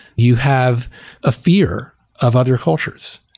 you have a fear of other cultures.